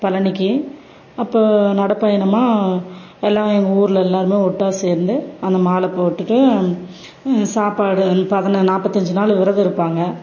பழனிக்கு அப்போது நடைப்பயணமா எல்லாம் எங்கள் ஊரில் எல்லோருமே ஒட்டாக சேர்ந்து அந்த மாலை போட்டுட்டு சாப்பாடு நாற்பத்தஞ்சி நாள் விரதம் இருப்பாங்க